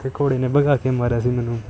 ਅਤੇ ਘੋੜੇ ਨੇ ਵਗਾਹ ਕੇ ਮਾਰਿਆ ਸੀ ਮੈਨੂੰ